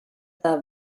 der